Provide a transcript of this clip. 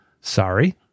Sorry